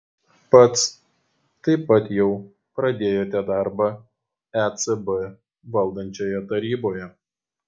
pats taip pat jau pradėjote darbą ecb valdančioje taryboje